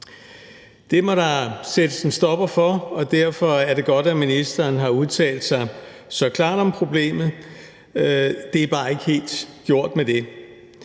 Det må der sættes en stopper for, og derfor er det godt, at ministeren har udtalt sig så klart om problemet. Det er bare ikke helt gjort med det.